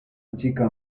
chica